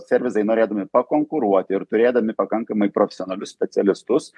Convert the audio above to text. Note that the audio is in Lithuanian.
servisai norėdami pakonkuruoti ir turėdami pakankamai profesionalius specialistus